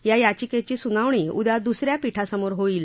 या याचिकेची सुनावणी उद्या दुसऱ्या पीठासमोर होईल